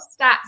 stats